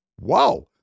Wow